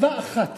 מצווה אחת